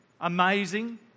amazing